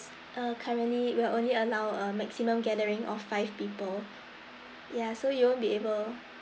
uh currently we're only allow a maximum gathering of five people ya so you won't be able